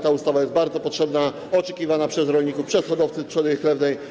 Ta ustawa jest bardzo potrzebna, oczekiwana przez rolników, przez hodowców trzody chlewnej.